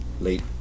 late